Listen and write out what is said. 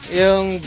yung